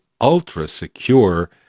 ultra-secure